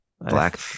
Black